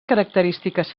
característiques